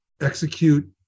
execute